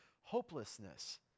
hopelessness